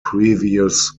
previous